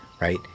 right